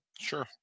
Sure